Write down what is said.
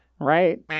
Right